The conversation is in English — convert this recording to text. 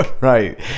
Right